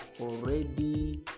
already